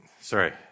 Sorry